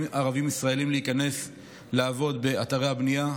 ערבים ישראלים להיכנס לעבוד באתרי הבנייה.